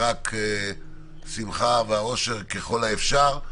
שמחה ואושר ככל האפשר.